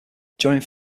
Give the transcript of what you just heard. during